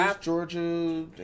Georgia